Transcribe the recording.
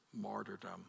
martyrdom